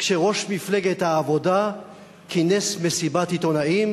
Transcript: כשראש מפלגת העבודה כינס מסיבת עיתונאים